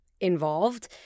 involved